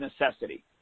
necessity